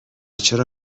چرا